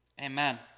Amen